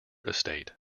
estate